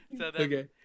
Okay